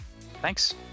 Thanks